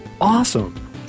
awesome